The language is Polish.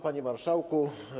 Panie Marszałku!